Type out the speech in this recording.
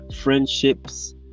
friendships